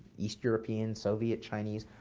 east european, soviet, chinese,